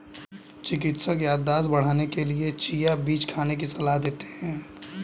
चिकित्सक याददाश्त बढ़ाने के लिए चिया बीज खाने की सलाह देते हैं